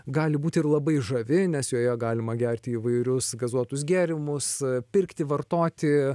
gali būt ir labai žavi nes joje galima gerti įvairius gazuotus gėrimus pirkti vartoti